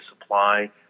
supply